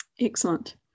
Excellent